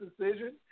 decision